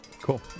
Cool